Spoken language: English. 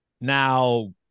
Now